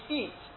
eat